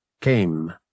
came